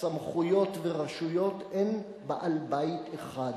סמכויות ורשויות אין בעל-בית אחד,